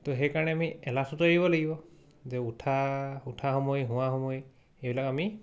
ত' সেইকাৰণে আমি এলাহটোতো এৰিব লাগিব যে উঠা উঠা সময় শুৱা সময় সেইবিলাক আমি